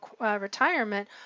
retirement